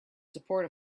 support